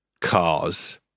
cars